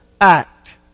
act